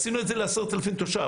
עשינו את זה ל-10,000 תושבים,